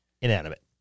inanimate